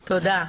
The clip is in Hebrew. תודה.